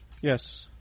Yes